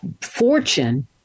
fortune